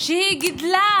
שהיא גידלה